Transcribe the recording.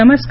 नमस्कार